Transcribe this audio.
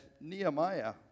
Nehemiah